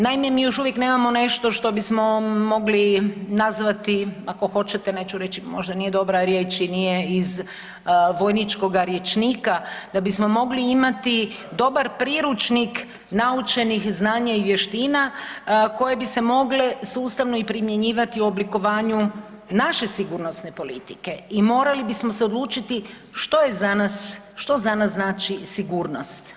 Naime, mi još uvijek nemamo nešto što bismo mogli nazvati ako hoćete, neću reći možda nije dobra riječ i nije iz vojničkoga rječnika, da bismo mogli imati dobar priručnik naučenih znanja i vještina koje bi se mogle sustavno i primjenjivati u oblikovanju naše sigurnosne politike i morali bismo se odlučiti što za nas znači sigurnost.